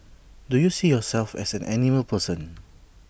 do you see yourself as an animal person